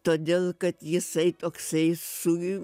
todėl kad jisai toksai su